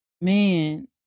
man